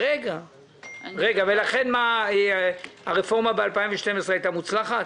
הרפורמה ב-2012 הייתה מוצלחת?